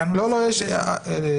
גם לו יש עמדה.